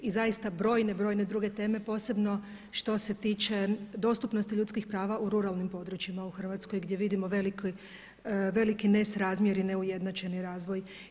I zaista brojne, brojne druge teme posebno što se tiče dostupnosti ljudskih prava u ruralnim područjima u Hrvatskoj gdje vidimo veliki nesrazmjer i neujednačeni razvoj.